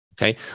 Okay